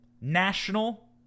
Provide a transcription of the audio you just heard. national